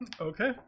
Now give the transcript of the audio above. Okay